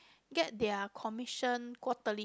get their commission quarterly